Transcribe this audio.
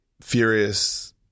furious